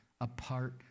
apart